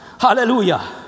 Hallelujah